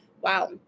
wow